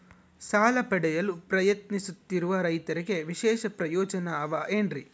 ಸಾಲ ಪಡೆಯಲು ಪ್ರಯತ್ನಿಸುತ್ತಿರುವ ರೈತರಿಗೆ ವಿಶೇಷ ಪ್ರಯೋಜನ ಅವ ಏನ್ರಿ?